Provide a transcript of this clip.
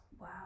Wow